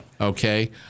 Okay